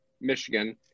Michigan